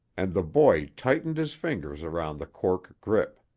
and the boy tightened his fingers around the cork grip.